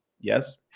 yes